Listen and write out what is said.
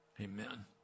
Amen